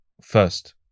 first